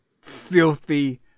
filthy